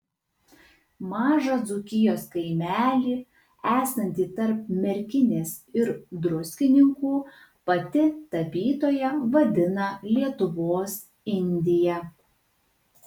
mažą dzūkijos kaimelį esantį tarp merkinės ir druskininkų pati tapytoja vadina lietuvos indija